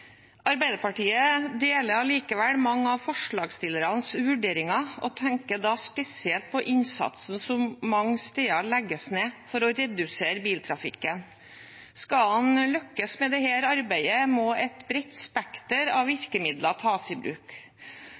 Arbeiderpartiet deler allikevel mange av forslagsstillernes vurderinger og tenker da spesielt på innsatsen som mange steder legges ned for å redusere biltrafikken. Skal en lykkes med dette arbeidet, må et bredt spekter av virkemidler tas i bruk.